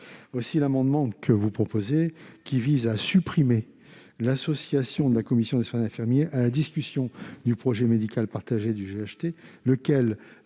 Cet amendement, qui vise à supprimer l'association de la commission des soins infirmiers à la discussion du projet médical partagé du GHT, laquelle